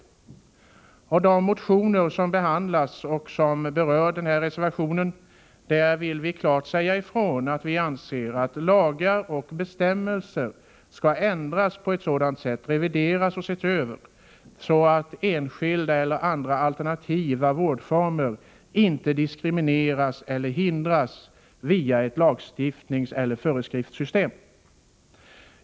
I vad gäller de motioner som berör den aktuella reservationen vill vi klart säga ifrån att vi anser att lagar och bestämmelser skall ses över och ändras på ett sådant sätt att enskilda eller andra alternativa vårdformer inte diskrimineras eller hindras via ett lagstiftningseller föreskriftssystem.